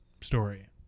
story